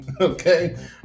okay